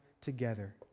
together